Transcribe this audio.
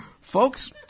Folks